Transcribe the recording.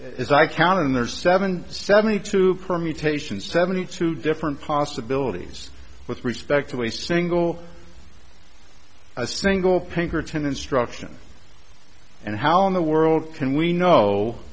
are seven seventy two permutations seventy two different possibilities with respect to a single a single pinkerton instruction and how in the world can we know